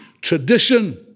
tradition